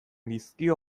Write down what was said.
dizkio